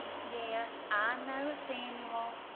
yes, i know, samuel,